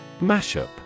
Mashup